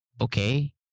okay